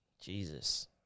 Jesus